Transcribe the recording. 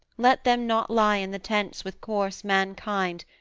let them not lie in the tents with coarse mankind,